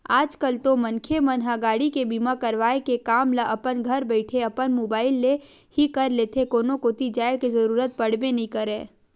आज कल तो मनखे मन ह गाड़ी के बीमा करवाय के काम ल अपन घरे बइठे अपन मुबाइल ले ही कर लेथे कोनो कोती जाय के जरुरत पड़बे नइ करय